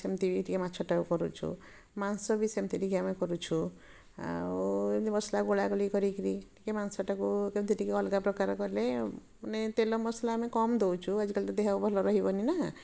ସେମିତି ବି ଟିକେ ମାଛଟାକୁ କରୁଛୁ ମାଂସ ବି ସେମିତି ଟିକେ ଆମେ କରୁଛୁ ଆଉ ଏମିତି ମସଲା ଗୋଳାଗୋଳି କରିକିରି ଟିକେ ମାଂସଟାକୁ କେମିତି ଟିକେ ଅଲଗା ପ୍ରକାର କଲେ ମାନେ ତେଲ ମସଲା ଆମେ କମ୍ ଦେଉଛୁ ଆଜିକାଲି ତ ଦେହ ଭଲ ରହିବନି ନାଁ